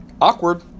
Awkward